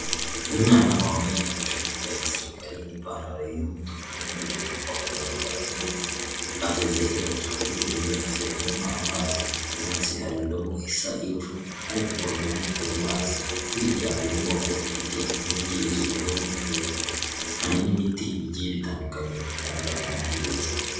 Umwana wambaye agashati ka gisirikari n'ipantaro y'umutuku n'udukweto twa bodaboda tw'umutuku. Ateze intoki kuri robine ari kunywa amazi. Munsi hari indobo isa ivu ari kuvomeramo ayo mazi. Hirya hari inyubako ifite inkingi z'ubururu n'umweru, hari n'ibiti bigiye bitandukanye bitanga amahumbezi.